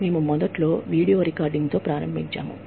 మేము మొదట్లో video recording తో ప్రారంభించాము